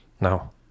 Now